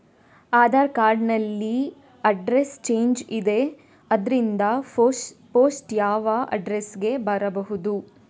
Aadhaar card ನಲ್ಲಿ address change ಇದೆ ಆದ್ದರಿಂದ ಪೋಸ್ಟ್ ಯಾವ ಅಡ್ರೆಸ್ ಗೆ ಬರಬಹುದು?